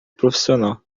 profissional